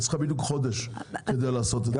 היא צריכה בדיוק חודש כדי לעשות את זה.